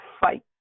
fight